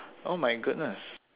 oh my goodness